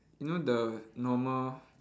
you know the normal